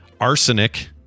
arsenic